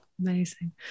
Amazing